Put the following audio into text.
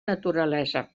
naturalesa